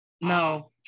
No